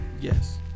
Yes